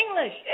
English